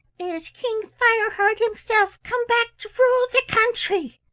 is king fireheart himself come back to rule the country!